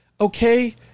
okay